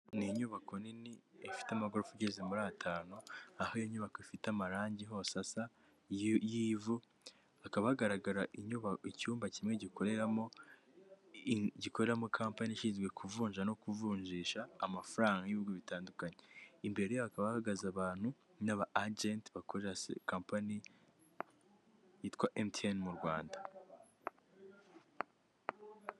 Ni inyubako nini ifite amagorofa ageze muri atanu aho iyo nyubako ifite amarangi hose asa y'ivu hakaba hagaragara inyuba icyumba kimwe gikoreramo gikoreramo kampanyi ishinzwe kuvunja no kuvunjisha amafaranga y'ibihugu bitandukanye imbere hakaba hahagaze abantu n'aba ajenti bakorera kompani yitwa emutiyeni m'u rwanda.